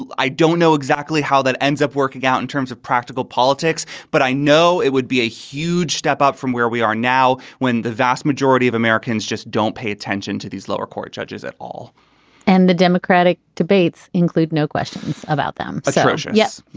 i don't know exactly how that ends up working out in terms of practical politics, but i know it would be a huge step up from where we are now when the vast majority of americans just don't pay attention to these lower court judges at all and the democratic debates include no questions about them. yes.